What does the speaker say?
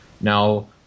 Now